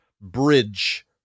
bridge